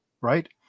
right